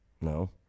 No